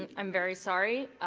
um i'm very sorry,